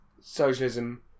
socialism